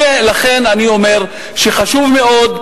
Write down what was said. לכן אני אומר שחשוב מאוד,